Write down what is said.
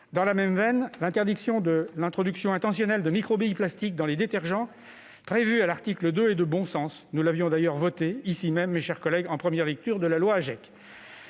Dans la même veine, l'interdiction de l'introduction intentionnelle de microbilles de plastique dans les détergents prévue à l'article 2 est de bon sens. Nous avions d'ailleurs voté cette disposition ici même, mes chers collègues, lors de la première lecture du projet loi AGEC.